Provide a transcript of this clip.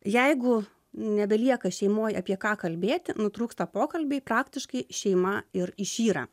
jeigu nebelieka šeimoj apie ką kalbėti nutrūksta pokalbiai praktiškai šeima ir išyra